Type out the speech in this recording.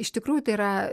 iš tikrųjų tai yra